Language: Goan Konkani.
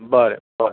बरें बरें